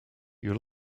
you